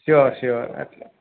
sure sure